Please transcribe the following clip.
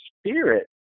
spirit